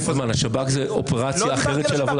השב"כ זו אופרציה אחרת של עבודה.